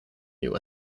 new